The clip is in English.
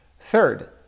Third